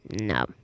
No